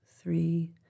three